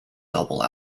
double